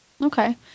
Okay